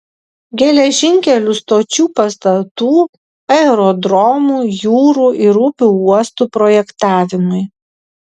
geležinkelių stočių pastatų aerodromų jūrų ir upių uostų projektavimui